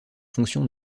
fonctions